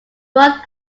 broad